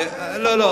לא מתריסה.